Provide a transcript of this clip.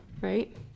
right